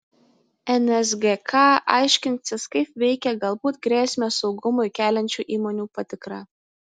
nsgk aiškinsis kaip veikia galbūt grėsmę saugumui keliančių įmonių patikra